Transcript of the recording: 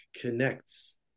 connects